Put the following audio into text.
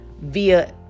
via